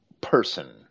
person